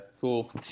cool